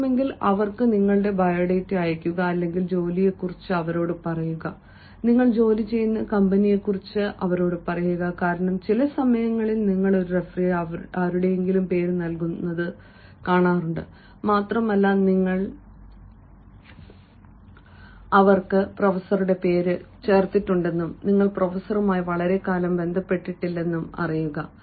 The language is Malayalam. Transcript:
സാധ്യമെങ്കിൽ അവർക്ക് നിങ്ങളുടെ ബയോഡാറ്റ അയയ്ക്കുക അല്ലെങ്കിൽ ജോലിയെക്കുറിച്ച് അവരോട് പറയുക നിങ്ങൾ ജോലി ചെയ്യുന്ന കമ്പനിയെക്കുറിച്ച് അവരോട് പറയുക കാരണം ചില സമയങ്ങളിൽ നിങ്ങൾ ഒരു റഫറിയായി ആരുടെയെങ്കിലും പേര് നൽകുന്നത് കാണാറുണ്ട് മാത്രമല്ല നിങ്ങൾ അല്ലെങ്കിൽ അവൻ അല്ലെങ്കിൽ അവൾക്ക് അറിയില്ല നിങ്ങൾ പ്രൊഫസറുടെ പേര് ചേർത്തിട്ടുണ്ടെന്നും നിങ്ങൾ പ്രൊഫസറുമായി വളരെക്കാലമായി ബന്ധപ്പെട്ടിട്ടില്ലെന്നും അറിയുക